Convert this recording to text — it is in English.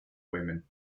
women